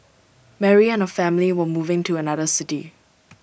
Mary and her family were moving to another city